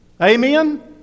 Amen